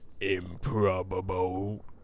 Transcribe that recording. Improbable